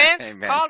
Amen